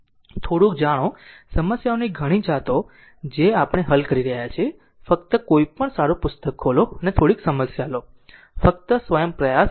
થોડુંક જાણો સમસ્યાઓની ઘણી જાતો જે આપણે હલ કરી રહ્યા છીએ ફક્ત કોઈ પણ સારું પુસ્તક ખોલો અને થોડી સમસ્યા લો અને ફક્ત સ્વયં પ્રયાસ કરો